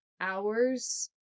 hours